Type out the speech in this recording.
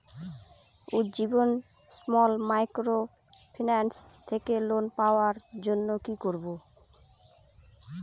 Ujjivan small microfinance থেকে loan পাওয়ার জন্য কি করব?